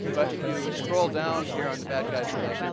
but if you scroll down here on the bad guys' site,